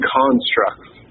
constructs